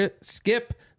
Skip